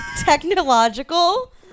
Technological